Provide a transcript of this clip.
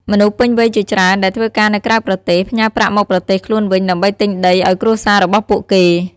មនុស្សពេញវ័យជាច្រើនដែលធ្វើការនៅក្រៅប្រទេស ផ្ញើប្រាក់មកប្រទេសខ្លួនវិញ ដើម្បីទិញដីឱ្យគ្រួសាររបស់ពួកគេ។